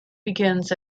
begins